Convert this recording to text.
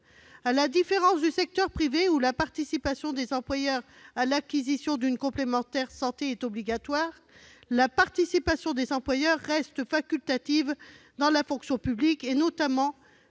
À la différence du secteur privé où la participation des employeurs à l'acquisition d'une complémentaire santé est obligatoire, celle-ci reste facultative dans la fonction publique, notamment